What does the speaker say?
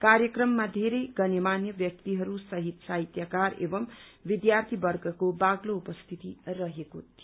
कार्यक्रममा बेरै गण्यमान्य व्यक्तिहरूसहित साहित्यकार एवं विद्यार्थीवर्गको बाक्लो उपस्थिति रहेको थियो